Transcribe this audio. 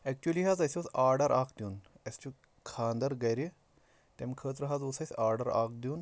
اٮ۪کچُؤلی حظ اَسہِ اوس آرڈر اَکھ دیُن اَسہِ چھُ خانٛدر گرِ تَمہِ خٲطرٕ حظ اوس اَسہِ آرڈر اکھ دیُن